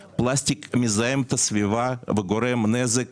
פלסטיק, מזהם את הסביבה, וגורם נזק